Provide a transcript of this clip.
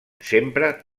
sempre